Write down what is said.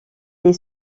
est